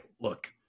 look